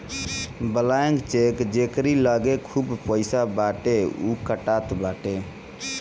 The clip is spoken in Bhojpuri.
ब्लैंक चेक जेकरी लगे खूब पईसा बाटे उ कटात बाटे